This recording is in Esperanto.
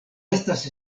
estas